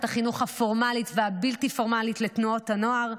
החינוך הפורמלית והבלתי-פורמלית ותנועות הנוער.